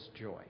joy